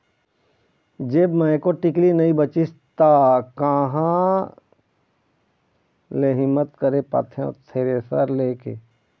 जेब म एको टिकली नइ बचिस ता काँहा ले हिम्मत करे पातेंव थेरेसर ले के